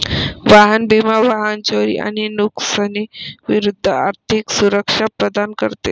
वाहन विमा वाहन चोरी आणि नुकसानी विरूद्ध आर्थिक सुरक्षा प्रदान करते